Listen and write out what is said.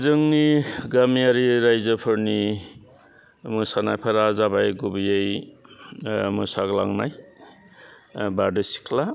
जोंनि गामियारि रायजोफोरनि मोसानायफोरा जाबाय गुबैयै मोसाग्लांनाय बारदै सिख्ला